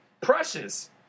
Precious